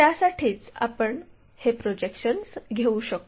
त्यासाठीच आपण हे प्रोजेक्शन्स घेऊ शकतो